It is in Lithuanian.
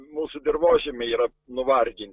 mūsų dirvožemiai yra nuvarginti